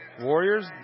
Warriors